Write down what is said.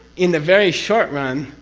in the very short run,